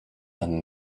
and